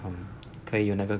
um 可以有那个